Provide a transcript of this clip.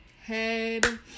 head